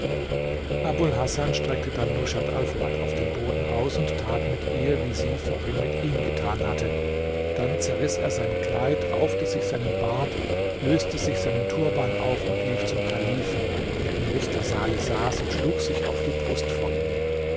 abul hasan streckte dann rushat alfuad auf dem boden aus und tat mit ihr wie sie vorhin mit ihm getan hatte dann zerriß er sein kleid raufte sich seinen bart aus löste sich seinen turban auf und lief zum kalifen der im richtersaale saß und schlug sich auf die brust vor ihm